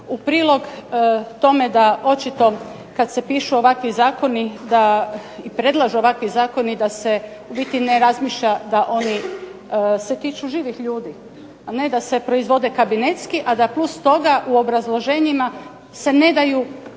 u prilog tome da očito kad se pišu ovakvi zakoni, predlažu ovakvi zakoni da se u biti ne razmišlja da oni se tiču živih ljudi, a ne da se proizvode kabinetski, a da plus toga u obrazloženjima se ne daju potpuni